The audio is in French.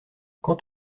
quant